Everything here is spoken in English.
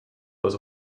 was